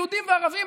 יהודים וערבים,